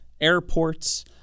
airports